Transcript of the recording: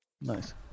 nice